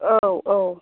औ औ